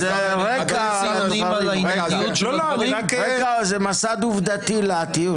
--- הרקע הזה הוא מסד עובדתי לטיעון.